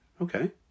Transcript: okay